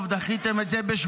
טוב, דחיתם את זה בשבועיים.